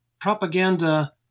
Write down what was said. propaganda